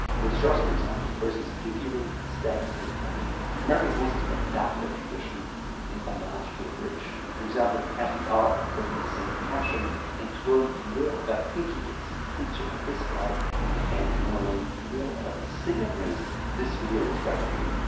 prince charles, for example, wears his pinky ring stacked with his wedding band. americans adapted to yeah that tradition in homage to the british. for example, ah fdr wore it in the same fashion and to learn more about pinky rings please check out this guide and if you want to learn more about signet rings this video is right for you.